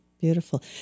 beautiful